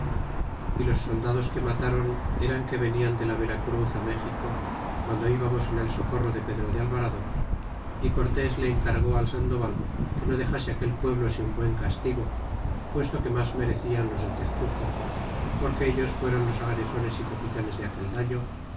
y los soldados que matron eran que venian de la vera cruz méxico guando íbamos en el socorro de pedro de alvarado y cortés le encargó al sandoval que no dexase aquel pueblo sin buen castigo puesto que mas mereclan los de tezcuco porque ellos fueron los agresores y capitanes de aquel daño